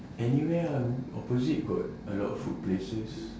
anywhere ah opposite got a lot of food places